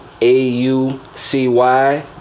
A-U-C-Y